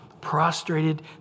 prostrated